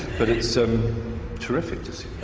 but it's um terrific to see. oh,